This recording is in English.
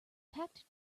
packed